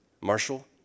Marshall